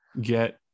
get